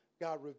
God